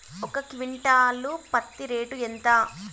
ఒక క్వింటాలు పత్తి రేటు ఎంత?